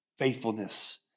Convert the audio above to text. Faithfulness